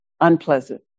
unpleasant